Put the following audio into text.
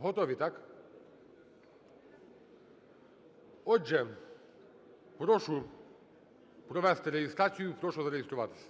Готові, так? Отже, прошу провести реєстрацію, прошу зареєструватися.